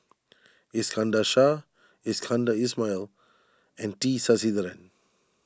Iskandar Shah Iskandar Ismail and T Sasitharan